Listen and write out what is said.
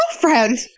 girlfriend